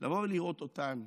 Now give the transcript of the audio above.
לבוא לראות אותן,